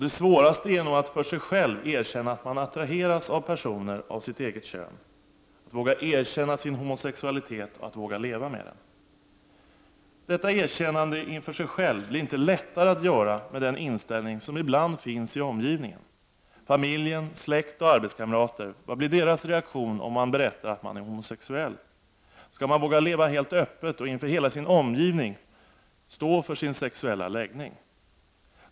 Det svåraste är nog att för sig själv erkänna att man attraheras av personer av sitt eget kön — att våga erkänna sin homosexualitet och att våga leva med den. Detta erkännande inför sig själv blir inte lättare att göra med den inställning som ibland finns i omgivningen. Familjen, släkt och arbetskamrater — vad blir deras reaktion om man berättar att man är homosexuell? Skall man väga leva helt öppet och inför hela sin omgivning stå för sin sexuella läggning?